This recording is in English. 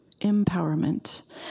Empowerment